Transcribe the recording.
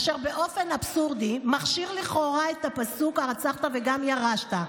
אשר באופן אבסורדי מכשיר לכאורה את הפסוק "הרצחת וגם ירשת",